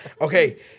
Okay